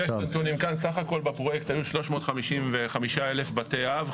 סך הכול בפרויקט היו 355,000 בתי אב,